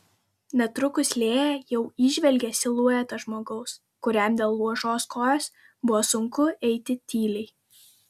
netrukus lėja jau įžvelgė siluetą žmogaus kuriam dėl luošos kojos buvo sunku eiti tyliai